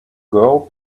girl